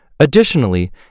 Additionally